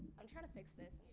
i'm trying to fix this.